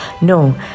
No